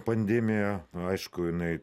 pandemija aišku jinai